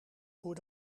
voor